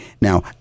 Now